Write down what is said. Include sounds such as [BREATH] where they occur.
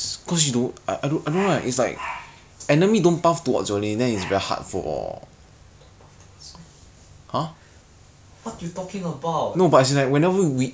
I I don't I don't get back up bro like legit just one one even ear~ early game I just need one or two [BREATH] then you you guys you guys babysit zi quan's lane more ah